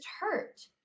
hurt